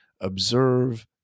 observe